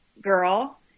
girl